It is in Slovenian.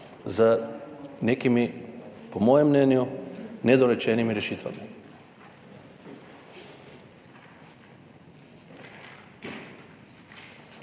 z nekimi, po mojem mnenju, nedorečenimi rešitvami.